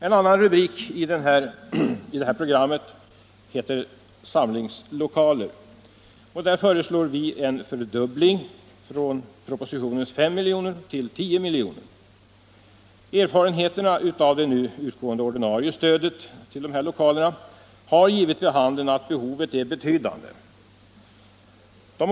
En annan rubrik i programmet avser samlingslokaler. För dessa föreslår vi en fördubbling av propositionens anslag, från 5 milj. till 10 milj.kr. Erfarenheterna av det nu utgående ordinarie stödet till dessa lokaler ger vid handen att behovet är betydande.